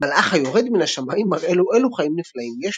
מלאך היורד מן השמיים מראה לו אלו חיים נפלאים יש לו,